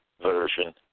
Version